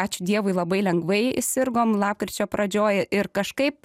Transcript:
ačiū dievui labai lengvai sirgom lapkričio pradžioj ir kažkaip